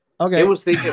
Okay